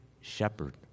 shepherd